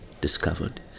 discovered